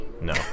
No